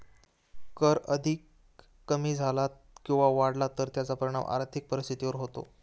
कर अधिक कमी झाला किंवा वाढला तर त्याचा परिणाम आर्थिक परिस्थितीवर होतो